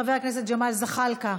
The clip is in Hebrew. חבר הכנסת ג'מאל זחאלקה,